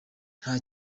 nta